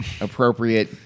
appropriate